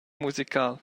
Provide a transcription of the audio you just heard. musical